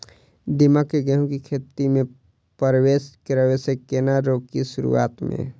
दीमक केँ गेंहूँ केँ खेती मे परवेश करै सँ केना रोकि शुरुआत में?